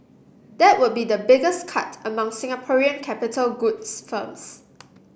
that would be the biggest cut among Singaporean capital goods firms